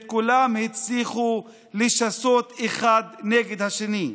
את כולם הצליחו לשסות אחד נגד השני.